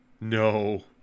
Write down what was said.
no